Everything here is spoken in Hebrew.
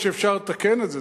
שאפשר לתקן את זה,